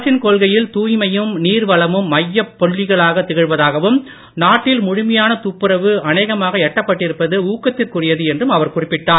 அரசின் கொள்கையில் தூய்மையும் நீர்வளமும் மையப் புள்ளிகளாக திகழ்வதாகவும் நாட்டில் முழுமையான துப்புரவு அநேகமாக எட்டப்பட்டிருப்பது ஊக்கத்திற்குரியது என்றும் அவர் குறிப்பிட்டார்